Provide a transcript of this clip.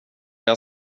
jag